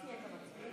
חוק התכנון